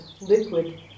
liquid